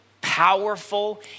powerful